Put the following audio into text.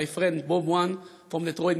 my friend Bob from Detroit,